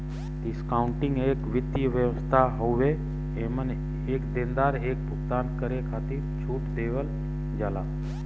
discounting एक वित्तीय व्यवस्था हउवे एमन एक देनदार एक भुगतान करे खातिर छूट देवल जाला